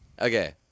Okay